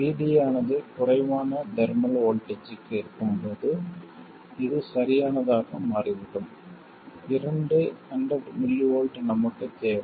VD ஆனது குறைவான thermal வோல்ட்டேஜ்க்கு இருக்கும்போது இது சரியானதாக மாறிவிடும் இரண்டு 100mV நமக்குத் தேவை